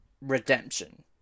redemption